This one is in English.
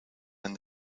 and